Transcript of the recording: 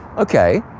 okay,